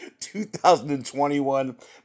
2021